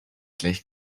gleich